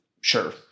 Sure